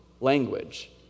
language